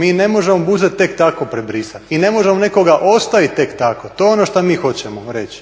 Mi ne možemo Buzet tek tako prebrisati. I ne možemo nekoga ostavit tek tako. To je ono što mi hoćemo reći,